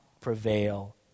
prevail